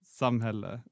samhälle